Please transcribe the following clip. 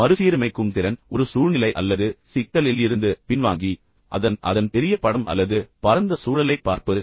மறுசீரமைக்கும் திறன் ஒரு சூழ்நிலை அல்லது சிக்கலில் இருந்து பின்வாங்கி அதன் அதன் பெரிய படம் அல்லது பரந்த சூழலைப் பார்ப்பது